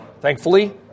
Thankfully